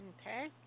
Okay